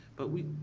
but we,